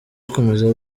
akomeza